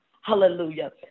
hallelujah